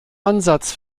ansatz